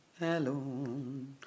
alone